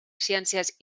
ciències